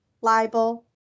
libel